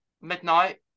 Midnight